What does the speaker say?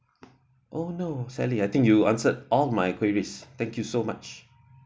oh no sally I think you answered all my queries thank you so much